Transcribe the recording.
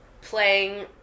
playing